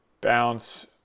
bounce